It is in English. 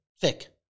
Thick